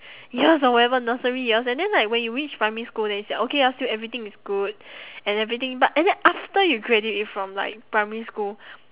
years or whatever nursery years and then like when you reach primary school then you say okay ya still everything is good and everything but and then after you graduate from like primary school